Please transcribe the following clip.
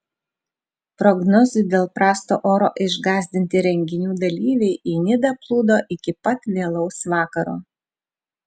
prognozių dėl prasto oro išgąsdinti renginių dalyviai į nidą plūdo iki pat vėlaus vakaro